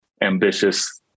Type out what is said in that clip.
ambitious